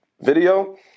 video